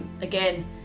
again